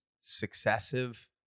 successive